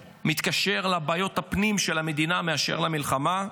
הדירוג, מתקשרת לבעיות הפנים של המדינה יותר מאשר למלחמה.